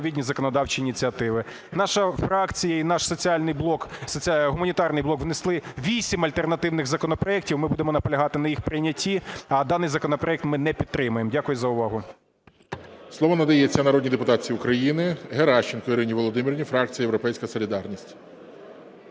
наш соціальний блок… гуманітарний блок внесли вісім альтернативних законопроектів. Ми будемо наполягати на їх прийнятті. А даний законопроект ми не підтримуємо. Дякую за увагу.